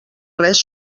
res